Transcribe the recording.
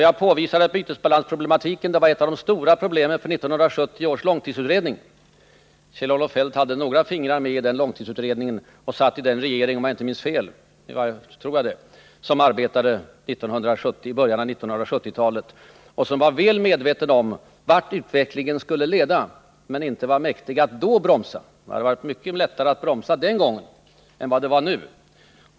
Jag påvisade att bytesbalansproblematiken var ett av de stora problemen för 1970 års långtidsutredning. Kjell-Olof Feldt hade några fingrar med i den och satt — om jag inte minns fel — med i regeringen i början av 1970-talet. Regeringen var väl medveten om vart utvecklingen skulle leda men var inte mäktig att bromsa — det hade varit mycket lättare att bromsa då än det är nu.